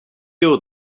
you